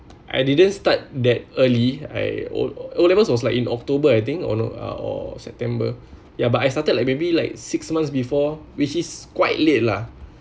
I didn't start that early I O levels was like in october I think or or september yeah but I started like maybe like six months before which is quite late lah